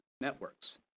networks